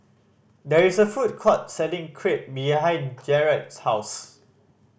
there is a food court selling Crepe behind Jarad's house